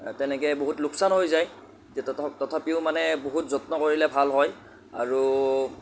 তেনেকৈ বহুত লোকচান হৈ যায় যে তথ তথাপিও মানে বহুত যত্ন কৰিলে ভাল হয় আৰু